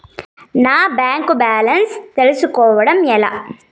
నా bank balance తెలుస్కోవడం ఎలా?